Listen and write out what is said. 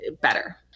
better